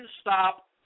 stop